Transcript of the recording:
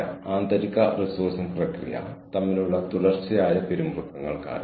അതിനാൽ അത് organisational motivation സ്റ്റേറ്റുകളുടെ മെച്ചപ്പെടുത്തലാണ്